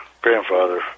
grandfather